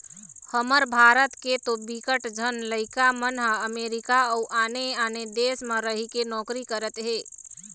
हमर भारत के तो बिकट झन लइका मन ह अमरीका अउ आने आने देस म रहिके नौकरी करत हे